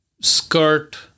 skirt